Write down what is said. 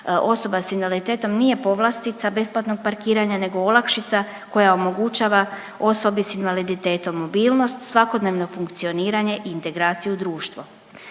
osoba s invaliditetom nije povlastica besplatnog parkiranja nego olakšica koja omogućava osobi s invaliditetom mobilnost, svakodnevno funkcioniranje i integraciju u društvo.